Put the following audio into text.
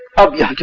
of yeah your